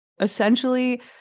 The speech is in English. essentially